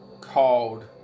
called